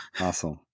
Awesome